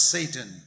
Satan